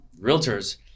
realtors